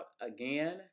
again